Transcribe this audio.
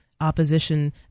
opposition